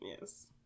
yes